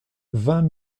vingt